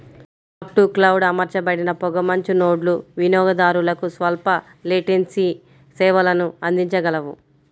fog to cloud అమర్చబడిన పొగమంచు నోడ్లు వినియోగదారులకు స్వల్ప లేటెన్సీ సేవలను అందించగలవు